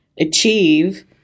achieve